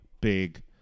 big